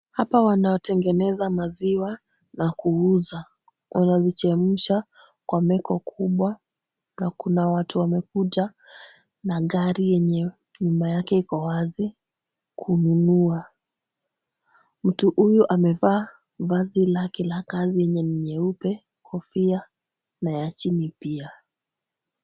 Hapa wanaotengeneza maziwa na kuuza. Wanazichemsha kwa meko kubwa na kuna watu wamekuja na gari yenye nyuma yake iko wazi kununua. Mtu huyu amevaa vazi lake la kazi yenye ni nyeupe, kofia na ya chini pia.